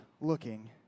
looking